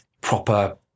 proper